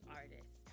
artist